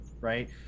right